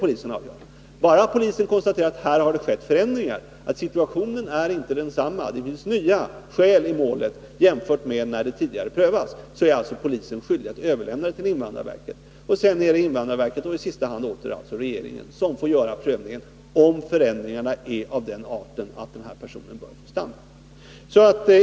Polisen skall bara konstatera att situationen inte är densamma, att det finns nya skäl i målet jämfört med när det tidigare prövades. Om polisen gör den Nr 35 bedömningen, är den sedan skyldig att överlämna ärendet till invandrarverket, och sedan är det invandrarverket och i sista hand regeringen som skall pröva om förändringarna är av den arten att personen bör få stanna.